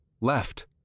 left